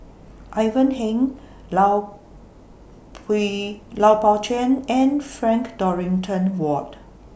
Ivan Heng Lao Lao Pao Chuen and Frank Dorrington Ward